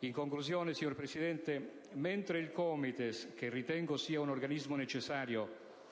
In conclusione, signor Presidente, mentre ritengo che il COMITES sia un organismo necessario